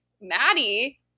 maddie